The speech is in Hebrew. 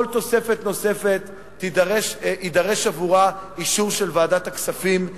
וכל תוספת נוספת יידרש עבורה אישור של ועדת הכספים.